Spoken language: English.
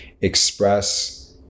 express